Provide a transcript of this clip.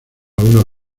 unas